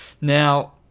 Now